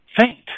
faint